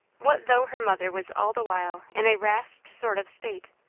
what though her mother was all the while in a rasped sort of state?